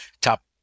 top